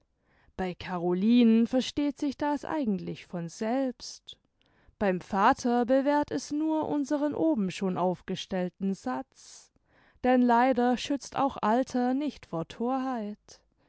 bei carolinen versteht sich das eigentlich von selbst beim vater bewährt es nur unseren oben schon aufgestellten satz denn leider schützt auch alter nicht vor